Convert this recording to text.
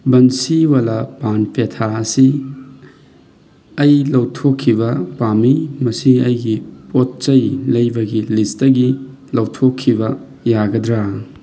ꯕꯟꯁꯤꯋꯥꯂꯥ ꯄꯥꯟ ꯄꯦꯊꯥ ꯑꯁꯤ ꯑꯩ ꯂꯧꯊꯣꯛꯈꯤꯕ ꯄꯥꯝꯃꯤ ꯃꯁꯤ ꯑꯩꯒꯤ ꯄꯣꯠꯆꯩ ꯂꯩꯕꯒꯤ ꯂꯤꯁꯇꯒꯤ ꯂꯧꯊꯣꯛꯈꯤꯕ ꯌꯥꯒꯗ꯭ꯔꯥ